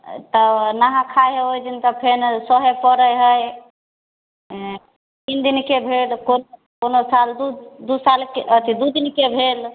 तऽ नहा खा है तऽ ओहिदिन सहे पड़ै है तीन दिनके भेल कोनो साल दू सालके अथी दू दिनके भेल